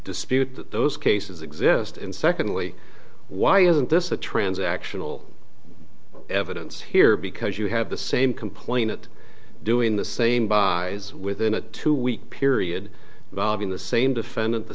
dispute that those cases exist and secondly why isn't this a transactional evidence here because you have the same complaint doing the same by within a two week period valving the same defendant the